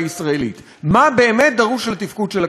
מה באמת דרוש לתפקוד של הכלכלה הישראלית.